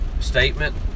statement